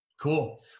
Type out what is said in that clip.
Cool